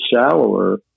shallower